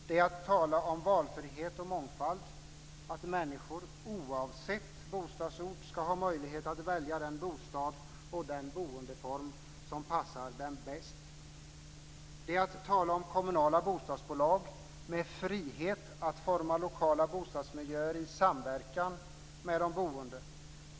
Det är att tala om valfrihet och mångfald, att människor oavsett bostadsort ska ha möjlighet att välja den bostad och den boendeform som passar dem bäst. Det är att tala om kommunala bostadsbolag med frihet att forma lokala bostadsmiljöer i samverkan med de boende.